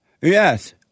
Yes